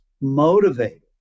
motivated